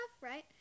right